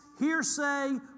hearsay